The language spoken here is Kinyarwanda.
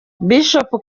bishop